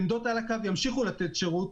עמדות על הקו ימשיכו לתת שירות.